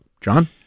John